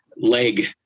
leg